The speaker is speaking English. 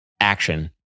action